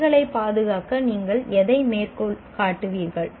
செயல்களைப் பாதுகாக்க நீங்கள் எதை மேற்கோள் காட்டுவீர்கள்